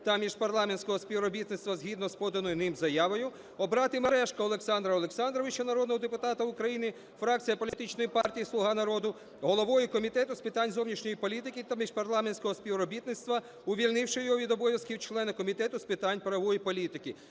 та міжпарламентського співробітництва згідно з поданою ним заявою. Обрати Мережка Олександра Олександровича, народного депутата України, фракція політичної партії "Слуга народу", головою Комітету з питань зовнішньої політики та міжпарламентського співробітництва, увільнивши його від обов'язків члена Комітету з питань правової політики".